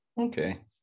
Okay